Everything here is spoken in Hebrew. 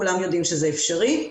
כולם יודעים שזה אפשרי.